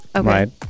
right